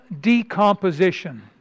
decomposition